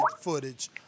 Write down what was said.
footage